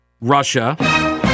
Russia